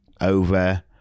over